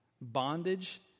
bondage